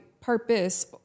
purpose